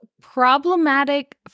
problematic